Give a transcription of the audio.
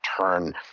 turn